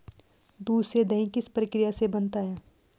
दूध से दही किस प्रक्रिया से बनता है?